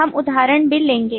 हम उदाहरण भी लेंगे